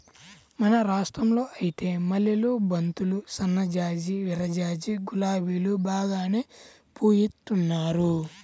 మన రాష్టంలో ఐతే మల్లెలు, బంతులు, సన్నజాజి, విరజాజి, గులాబీలు బాగానే పూయిత్తున్నారు